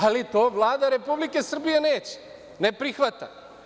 Ali, to Vlada Republike Srbije neće, ne prihvata.